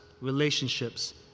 relationships